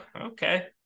okay